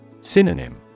Synonym